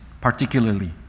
particularly